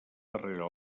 darrere